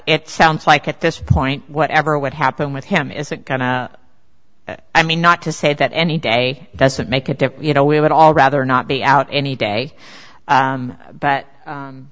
it sounds like at this point whatever what happened with him isn't kind of i mean not to say that any day doesn't make a difference you know we would all rather not be out any day but